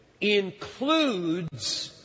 includes